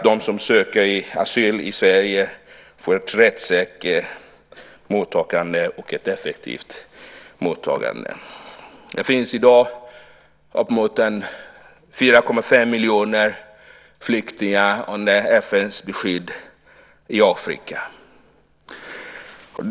De som söker asyl i Sverige ska få ett rättssäkert och effektivt mottagande. I dag finns det uppemot 4,5 miljoner flyktingar under FN:s beskydd i Afrika.